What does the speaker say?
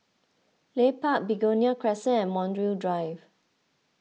Leith Park Begonia Crescent and Montreal Drive